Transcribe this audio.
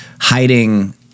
hiding